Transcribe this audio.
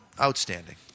Outstanding